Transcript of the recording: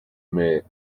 mais